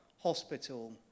Hospital